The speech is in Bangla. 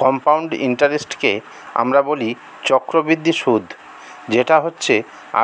কম্পাউন্ড ইন্টারেস্টকে আমরা বলি চক্রবৃদ্ধি সুদ যেটা হচ্ছে